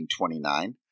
1929